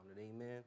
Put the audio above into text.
Amen